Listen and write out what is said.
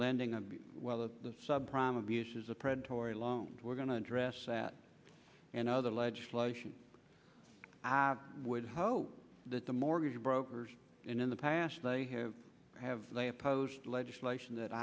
lending and whether the sub prime abuses the predatory loans we're going to address that and other legislation i have would hope that the mortgage brokers in the past they have have they opposed legislation that